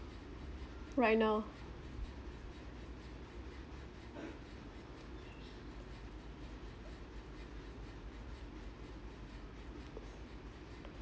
right now